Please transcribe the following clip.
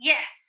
Yes